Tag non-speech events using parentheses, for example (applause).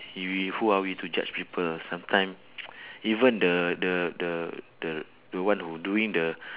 i~ we who are we to judge people sometime (noise) even the the the the the one who doing the